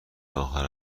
آخر